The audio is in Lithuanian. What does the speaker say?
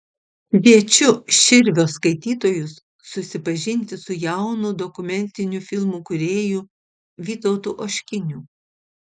kviečiu širvio skaitytojus susipažinti su jaunu dokumentinių filmų kūrėju vytautu oškiniu